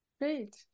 Great